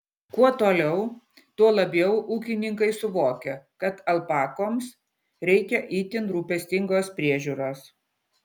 kuo toliau tuo labiau ūkininkai suvokia kad alpakoms reikia itin rūpestingos priežiūros